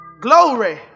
Glory